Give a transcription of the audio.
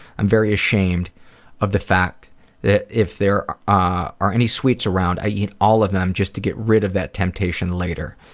i'm very ashamed of the fact that if there are any sweets around i eat all of them just to get rid of that temptation later.